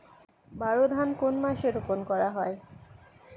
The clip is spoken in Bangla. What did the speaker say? বোরো ধান কোন মাসে রোপণ করা হয়?